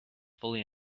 fully